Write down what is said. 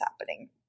happening